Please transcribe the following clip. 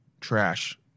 trash